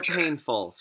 painful